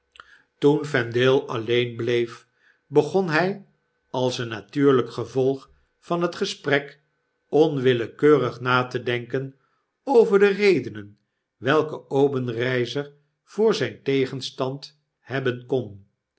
toen vendale alleen bleef begon hij als een natuurlp gevolg van het gesprek onwillekeurig na te denken over de redenen welke obenreizer voor zp tegenstand hebben kon